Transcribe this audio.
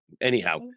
anyhow